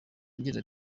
agira